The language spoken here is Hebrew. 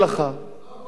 זה בסדר גמור.